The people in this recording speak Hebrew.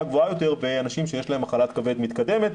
גבוהה יותר באנשים שיש להם מחלת כבד מתקדמת,